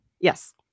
Yes